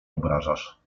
obrażasz